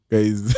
Guys